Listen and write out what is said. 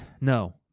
No